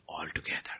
altogether